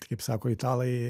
kaip sako italai